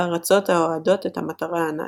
וארצות האוהדות את המטרה הנאצית.